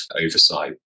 oversight